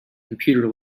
computer